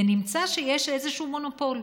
ונמצא שיש איזשהו מונופול.